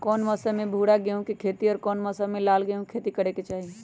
कौन मौसम में भूरा गेहूं के खेती और कौन मौसम मे लाल गेंहू के खेती करे के चाहि?